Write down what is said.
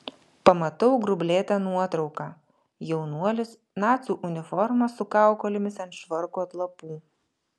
pamatau grublėtą nuotrauką jaunuolis nacių uniforma su kaukolėmis ant švarko atlapų